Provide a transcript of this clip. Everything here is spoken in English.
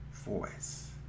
voice